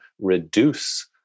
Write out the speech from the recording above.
reduce